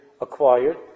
acquired